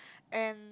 and